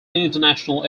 international